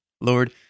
Lord